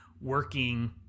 working